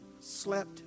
slept